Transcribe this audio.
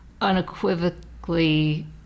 unequivocally